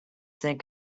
think